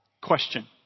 question